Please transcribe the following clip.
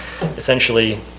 essentially